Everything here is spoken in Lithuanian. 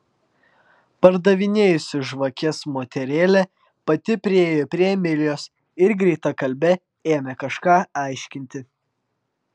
pardavinėjusi žvakes moterėlė pati priėjo prie emilijos ir greitakalbe ėmė kažką aiškinti